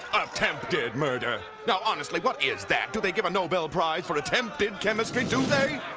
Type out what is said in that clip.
ah attempted murder, now honestly what is that? do they give a nobel price for attempted chemistry, do they?